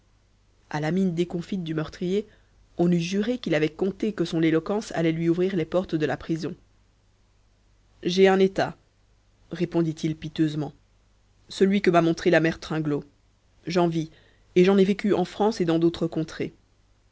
à la mine déconfite du meurtrier on eût juré qu'il avait compté que son éloquence allait lui ouvrir les portes de la prison j'ai un état répondit-il piteusement celui que m'a montré la mère tringlot j'en vis et j'en ai vécu en france et dans d'autres contrées